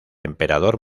emperador